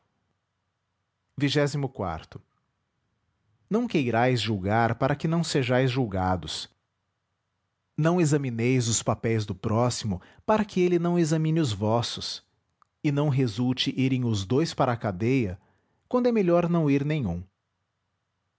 o ão queirais julgar para que não sejais julgados não examineis os papéis do próximo para que ele não examine os vossos e não resulte irem os dous para a cadeia quando é melhor não ir nenhum